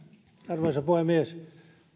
arvoisa puhemies